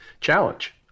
challenge